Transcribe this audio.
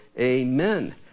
Amen